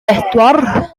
bedwar